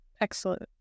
Excellent